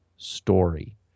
Story